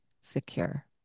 secure